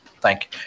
thank